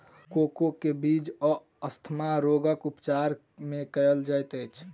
cocoa के बीज asthma रोगक उपचार मे कयल जाइत अछि